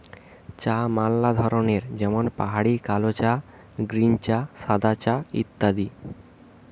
চা ম্যালা ধরনের যেমন পাহাড়ি কালো চা, গ্রীন চা, সাদা চা ইত্যাদি